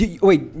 Wait